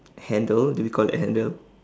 handle do we call it a handle